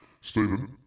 Stephen